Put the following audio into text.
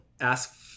ask